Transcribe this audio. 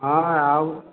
हँ आउ